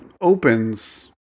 opens